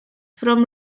from